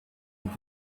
with